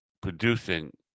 producing